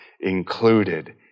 included